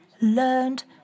learned